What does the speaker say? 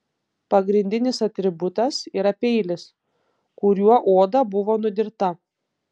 pagrindinis atributas yra peilis kuriuo oda buvo nudirta